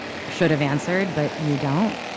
should have answered but you don't